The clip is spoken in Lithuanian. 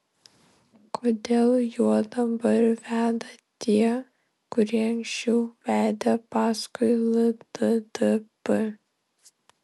kodėl juo dabar veda tie kurie anksčiau vedė paskui lddp